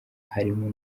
harimo